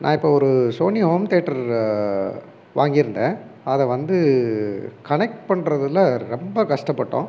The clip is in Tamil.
நான் இப்போ ஒரு சோனி ஹோம்தேட்ரு வாங்கியிருந்தேன் அதை வந்து கனெக்ட் பண்ணுறதுல ரொம்ப கஷ்டப்பட்டோம்